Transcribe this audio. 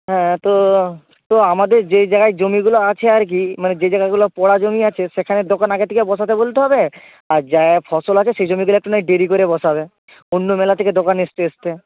হ্যাঁ তো তো আমাদের যেই জায়গায় জমিগুলো আছে আর কি মানে যে জায়গাগুলো পড়া জমি আছে সেখানে দোকান আগে থেকে বসাতে বলতে হবে আর জায়গায় ফসল আছে সেই জমিগুলো একটু না হয় দেরি করে বসাবে অন্য মেলা থেকে দোকান আসতে আসতে